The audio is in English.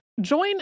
Join